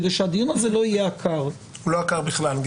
כדי שהדיון הזה לא יהיה עקר --- הדיון הזה לא עקר בכלל.